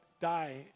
die